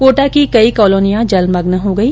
कोटा की कई कॉलोनियां जलमग्न हो गई